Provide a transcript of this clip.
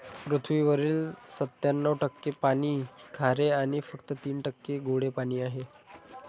पृथ्वीवरील सत्त्याण्णव टक्के पाणी खारे आणि फक्त तीन टक्के गोडे पाणी आहे